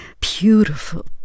beautiful